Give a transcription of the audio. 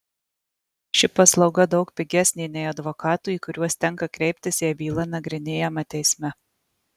ši paslauga daug pigesnė nei advokatų į kuriuos tenka kreiptis jei byla nagrinėjama teisme